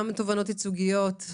גם תובענות ייצוגיות.